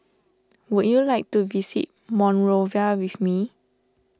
would you like to visit Monrovia with me